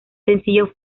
sencillo